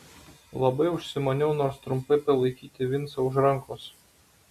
labai užsimaniau nors trumpai palaikyti vincą už rankos